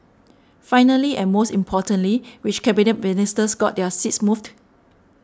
finally and most importantly which Cabinet Ministers got their seats moved